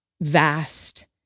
vast